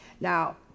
Now